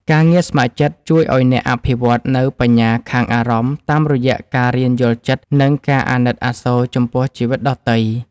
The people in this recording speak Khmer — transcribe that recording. ការងារស្ម័គ្រចិត្តជួយឱ្យអ្នកអភិវឌ្ឍនូវ បញ្ញាខាងអារម្មណ៍ តាមរយៈការរៀនយល់ចិត្ត និងការអាណិតអាសូរចំពោះជីវិតដទៃ។